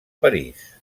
parís